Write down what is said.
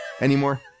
anymore